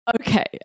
Okay